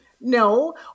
No